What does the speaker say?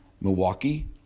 Milwaukee